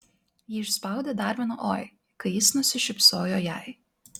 ji išspaudė dar vieną oi kai jis nusišypsojo jai